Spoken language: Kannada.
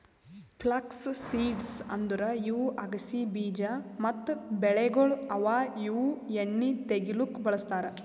ಫ್ಲಕ್ಸ್ ಸೀಡ್ಸ್ ಅಂದುರ್ ಇವು ಅಗಸಿ ಬೀಜ ಮತ್ತ ಬೆಳೆಗೊಳ್ ಅವಾ ಇವು ಎಣ್ಣಿ ತೆಗಿಲುಕ್ ಬಳ್ಸತಾರ್